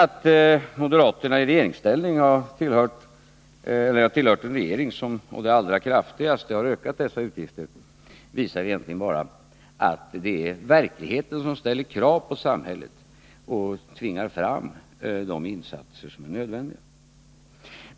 Att moderaterna sedan har tillhört en regering som på det allra kraftigaste har ökat den offentliga sektorns utgifter visar egentligen bara att verkligheten ställer krav på samhället och tvingar fram de insatser som är nödvändiga.